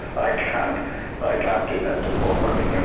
i can't i can't do that to bob. um and yeah